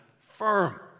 firm